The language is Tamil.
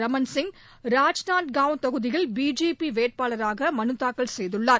ரமன் சிங் ராஜ்நந்தங்கன் தொகுதியில் பிஜேபி வேட்பாளராக மனுத்தாக்கல் செய்துள்ளார்